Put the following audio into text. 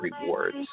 rewards